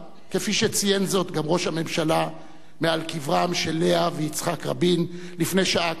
כפי שציין זאת גם ראש הממשלה מעל קברם של לאה ויצחק רבין לפני שעה קלה,